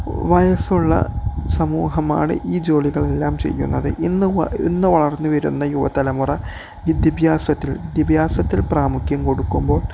വയസ്സുള്ള സമൂഹമാണ് ഈ ജോലികളെല്ലാം ചെയ്യുന്നത് ഇന്ന് ഇന്ന് വളർന്നുവരുന്ന യുവതലമുറ വിദ്യാഭ്യാസത്തിന് വിദ്യാഭ്യാസത്തിന് പ്രാമുഖ്യം കൊടുക്കുമ്പോൾ